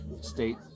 State